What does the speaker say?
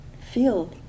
feel